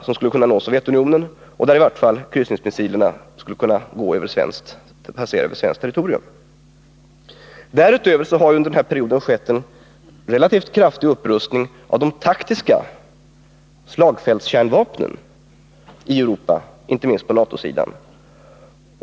Det är meningen att dessa skall kunna nå Sovjet och att i varje fall kryssningsmissilerna skall passera över svenskt territorium. Därutöver har det under nämnda period skett en relativt kraftig upprustning av de taktiska slagfältskärnvapnen i Europa, inte minst på NATO-sidan.